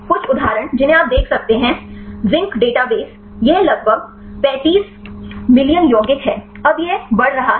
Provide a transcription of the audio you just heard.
कुछ उदाहरण जिन्हें आप देख सकते हैं जिंक डेटाबेस यह लगभग 35 मिलियन यौगिक है अब यह सही बढ़ रहा है